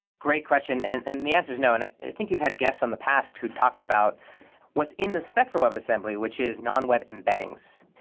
great question. and and the answer is no. and i think you've had guests on the past who talked about what's in the spectrum of assembly, which is non-web embeddings.